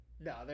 No